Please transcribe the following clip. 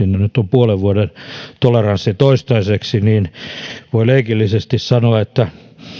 puolen vuoden toleranssi toistaiseksi niin voin leikillisesti sanoa että